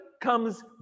comes